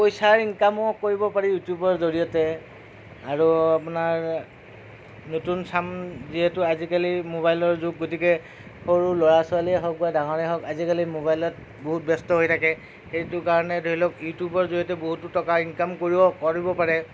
পইচাৰ ইনকামো কৰিব পাৰি ইউটিউবৰ জড়িয়তে আৰু আপোনাৰ নতুন চাম যিহেতু আজিকালি মোবাইলৰ যুগ গতিকে সৰু ল'ৰা ছোৱালীয়েই হওক ডাঙৰেই হওক আজিকালি বহুত ব্যস্ত হৈ থাকে সেইটো কাৰণে ধৰিলওক ইউটিউবৰ জড়িয়তে বহুতো টকা ইনকাম কৰিব কৰিব পাৰে